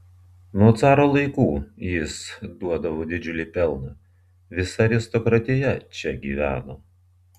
nuo caro laikų jis duodavo didžiulį pelną visa aristokratija čia gyveno